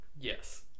Yes